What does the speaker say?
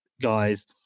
guys